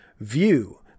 View